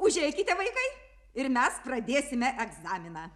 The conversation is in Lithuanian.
užeikite vaikai ir mes pradėsime egzaminą